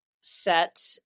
set